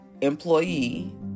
employee